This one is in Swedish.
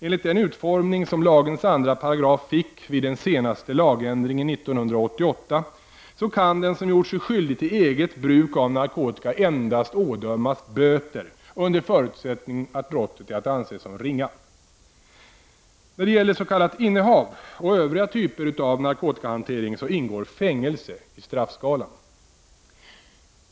Enligt den utformning lagens andra paragraf fick vid den senaste lagändringen 1988 kan den som gjort sig skyldig till eget bruk av narkotika endast ådömas böter under förutsättning att brottet är att anse som ringa. När det gäller s.k. innehav och övriga typer av narkotikahantering ingår fängelse i straffskalan.